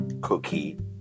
cookie